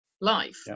life